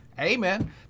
Amen